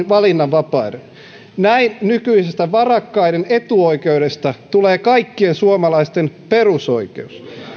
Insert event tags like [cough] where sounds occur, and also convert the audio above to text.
[unintelligible] valinnanvapauden näin nykyisestä varakkaiden etuoikeudesta tulee kaikkien suomalaisten perusoikeus